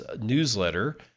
Newsletter